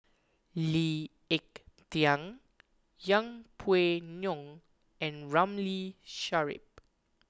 Lee Ek Tieng Yeng Pway Ngon and Ramli Sarip